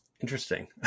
interesting